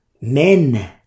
Men